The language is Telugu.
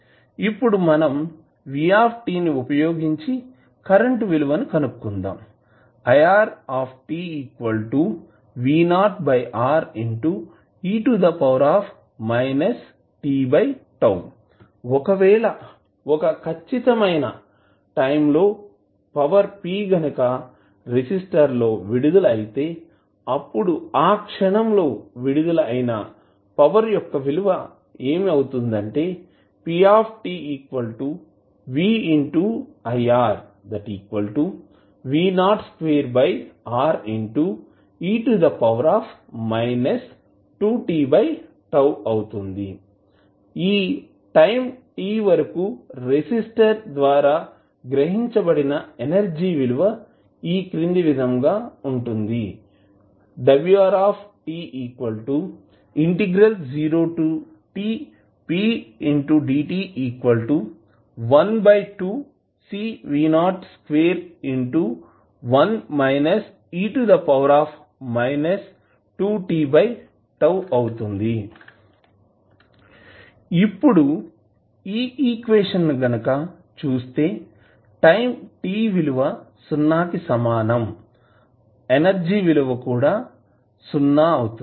ఇప్పుడు మనం v నివుపయోగించి కరెంటు విలువ ని కనుక్కుందాము ఒకవేళ ఒక ఖచ్చితమైన టైం t లో పవర్ P గనుక రెసిస్టర్ లో విడుదల అయితే అప్పుడు ఆ క్షణం లో విడుదల అయినా పవర్ యొక్క విలువ ఏమి అవుతుందంటే ఈ టైం t వరకు రెసిస్టర్ ద్వారా గ్రహించబడిన ఎనర్జీ విలువ ఈ క్రింది విధంగా వుంటుంది ఇప్పుడు ఈ ఈక్వేషన్ గనుక చూస్తే టైం t విలువ సున్నాకి సమానం అయితే ఎనర్జీ విలువ కూడా సున్నా అవుతుంది